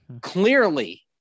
clearly